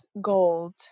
gold